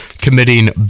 committing